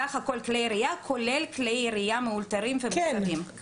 סך הכל כלי ירייה כולל כלי ירייה מאולתרים ומוסבים.